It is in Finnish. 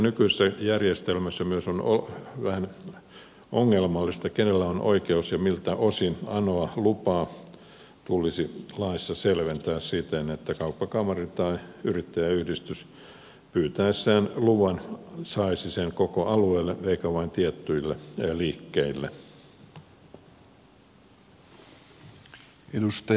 nykyisessä järjestelmässä on vähän ongelmallista myös se kenellä on oikeus ja miltä osin anoa lupaa ja se tulisi laissa selventää siten että kauppakamari tai yrittäjäyhdistys pyytäessään luvan saisi koko alueelle eikä vain tietyille liikkeille